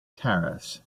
tariffs